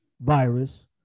virus